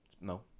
No